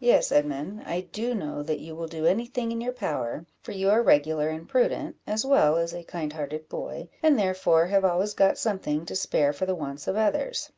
yes, edmund, i do know that you will do any thing in your power, for you are regular and prudent, as well as a kind-hearted boy, and therefore have always got something to spare for the wants of others